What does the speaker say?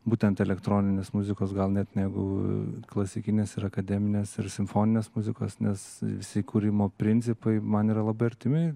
būtent elektroninės muzikos gal net negu klasikinės ir akademinės ir simfoninės muzikos nes visi kūrimo principai man yra labai artimi